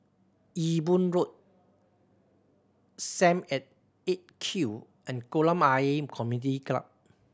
Ewe Boon Road Sam at Eight Q and Kolam Ayer Community Club